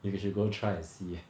you should go try and see